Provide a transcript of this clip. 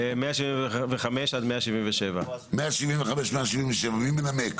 175 עד 177. מי מנמק?